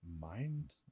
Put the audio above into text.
mind